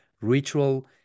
ritual